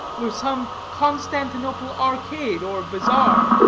were some constantinople arcade or bazaar,